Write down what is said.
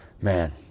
man